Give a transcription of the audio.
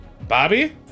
Bobby